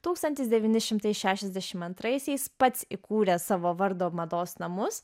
tūkstantis devyni šimtai šešiasdešim antraisiais pats įkūrė savo vardo mados namus